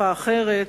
בשפה אחרת,